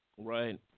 Right